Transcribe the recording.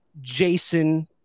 Jason